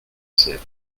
cère